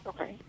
Okay